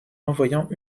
envoyant